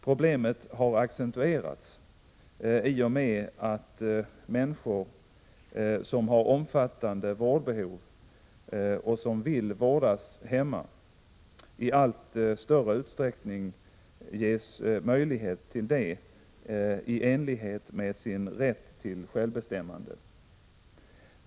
Problemet har accentuerats i och med att människor, som har omfattande vårdbehov och som vill vårdas hemma, i allt större utsträckning ges möjlighet till det i enlighet med sin rätt till självbestämmande.